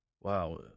wow